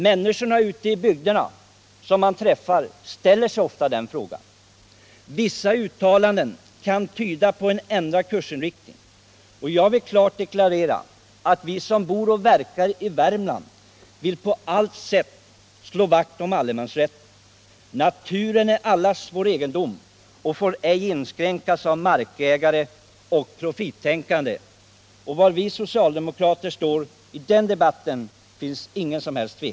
Människorna ute i bygderna ställer sig ofta den frågan. Vissa uttalanden kan tyda på en ändrad kursinriktning. Jag vill klart deklarera att vi som bor och verkar i Värmland vill på allt sätt slå vakt om allemansrätten. Naturen är allas vår egendom och får ej inskränkas av markägande och profittänkande. Om var vi socialdemokrater står i den debatten finns det inget som helst tvivel!